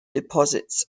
deposits